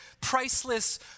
priceless